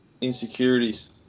insecurities